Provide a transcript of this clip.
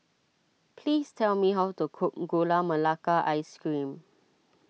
please tell me how to cook Gula Melaka Ice C ream